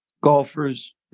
golfers